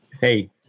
Hey